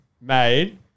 made